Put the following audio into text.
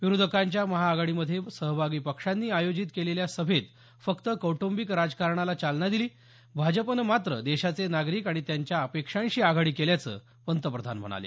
विरोधकांच्या महाआघाडीमध्ये सहभागी पक्षांनी आयोजित केलेल्या सभेत फक्त कौटंबिक राजकारणाला चालना दिली भाजपनं मात्र देशाचे नागरिक आणि त्यांच्या अपेक्षांशी आघाडी केल्याचं पंतप्रधान म्हणाले